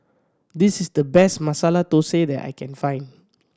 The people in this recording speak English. this is the best Masala Thosai that I can find